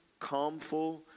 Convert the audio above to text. calmful